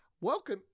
Welcome